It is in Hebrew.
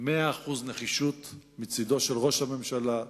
מאה אחוז נחישות מצדם של ראש הממשלה,